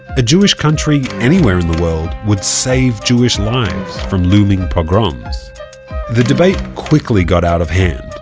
a jewish country, anywhere in the world, would save jewish lives from looming pogroms the debate quickly got out of hand,